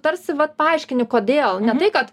tarsi vat paaiškini kodėl ne tai kad